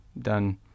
done